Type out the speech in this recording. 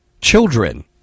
children